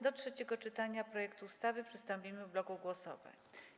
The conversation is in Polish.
Do trzeciego czytania projektu ustawy przystąpimy w bloku głosowań.